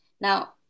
Now